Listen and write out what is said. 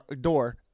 door